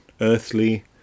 earthly